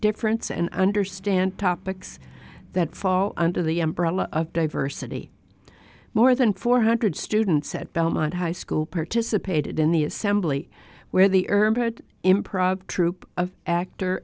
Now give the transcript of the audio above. difference and understand topics that fall under the umbrella of diversity more than four hundred students at belmont high school participated in the assembly where the urban improv troupe of actor